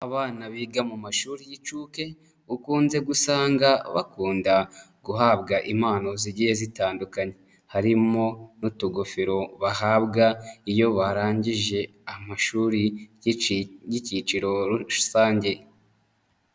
Abana biga mu mashuri y'inshuke ukunze gusanga bakunda guhabwa impano zigiye zitandukanye, harimo n'utugofero bahabwa iyo barangije amashuri y'icyiciro rusange.